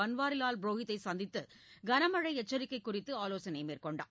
பன்வாரிலால் புரோகித்தை சந்தித்து கனமழை எச்சரிக்கை குறித்த ஆலோசனை மேற்கொண்டார்